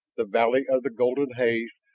the valley of the golden haze,